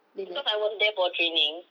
because I was there for training